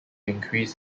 increase